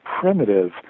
primitive